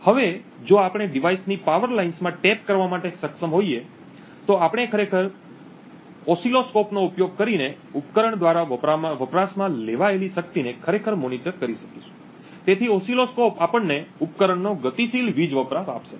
હવે જો આપણે ડિવાઇસની પાવર લાઇન્સમાં ટેપ કરવા માટે સક્ષમ હોઈએ તો આપણે ખરેખર ઓસિલોસ્કોપ નો ઉપયોગ કરીને ઉપકરણ દ્વારા વપરાશમાં લેવાયેલી શક્તિને ખરેખર મોનીટર કરી શકીશું તેથી ઓસિલોસ્કોપ આપણને ઉપકરણનો ગતિશીલ વીજ વપરાશ આપશે